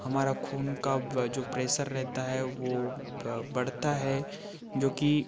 हमारा खून का ब जो प्रेसर रहता है वो ब बढ़ता है जो कि